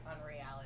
unreality